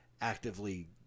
actively